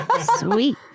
Sweet